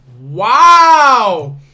Wow